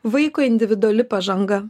vaiko individuali pažanga